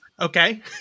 Okay